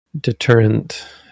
deterrent